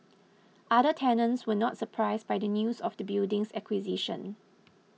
other tenants were not surprised by the news of the building's acquisition